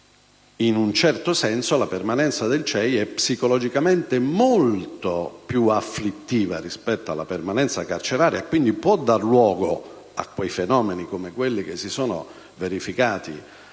in un certo senso, la permanenza nel CIE è psicologicamente molto più afflittiva rispetto a quella in carcere, quindi può dare luogo a fenomeni come quelli che si sono verificati